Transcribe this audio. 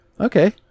Okay